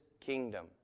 kingdom